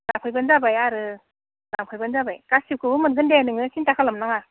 लांफैब्लानो जाबाय आरो लांफैब्लानो जाबाय गासैखौबो मोनगोन दे नोङो सिन्था खालाम नाङा